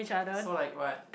so like what